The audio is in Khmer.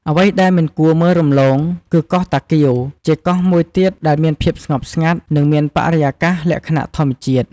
អ្វីដែលមិនគួរមើលរំលង គឺកោះតាកៀវ ជាកោះមួយទៀតដែលមានភាពស្ងប់ស្ងាត់ និងមានបរិយាកាសលក្ខណៈធម្មជាតិ។